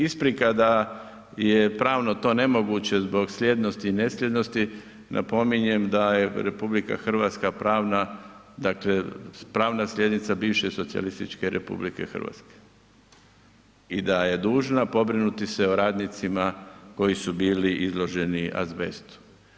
Isprika da je pravno to nemoguće zbog slijednosti i ne slijednosti napominjem da je RH pravna, dakle pravna slijednica bivše Socijalističke Republike Hrvatske i da je dužna pobrinuti se o radnicima koji su bili izloženi azbestu.